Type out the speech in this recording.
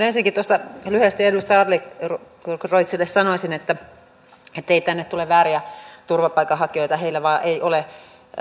ensinnäkin lyhyesti edustaja adlercreutzille sanoisin ettei tänne tule vääriä turvapaikanhakijoita heillä vain ei ole